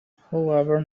however